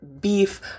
beef